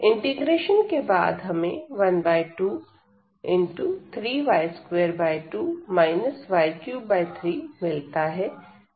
integration के बाद हमें 1 2 मिलता है